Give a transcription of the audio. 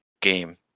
game